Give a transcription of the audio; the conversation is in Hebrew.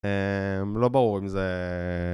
אממ... לא ברור אם זה